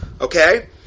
Okay